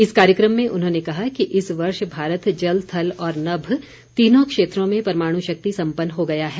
इस कार्यक्रम में उन्होंने कहा कि इस वर्ष भारत जल थल और नभ तीनों क्षेत्रों में परमाणु शक्ति संपन्न हो गया है